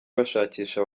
bashakisha